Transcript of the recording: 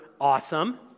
Awesome